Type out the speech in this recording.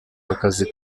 akazi